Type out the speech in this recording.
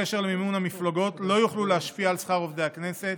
בקשר למימון המפלגות לא יוכלו להשפיע על שכר עובדי הסיעות,